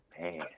Man